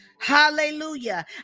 Hallelujah